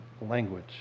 language